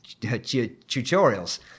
tutorials